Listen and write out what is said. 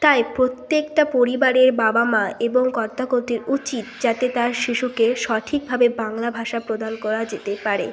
তাই প্রত্যেকটা পরিবারের বাবা মা এবং কর্তা কত্রির উচিত যাতে তার শিশুকে সঠিকভাবে বাংলা ভাষা প্রদান করা যেতেই পারে